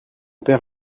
père